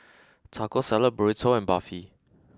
Taco Salad Burrito and Barfi